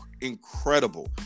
incredible